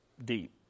deep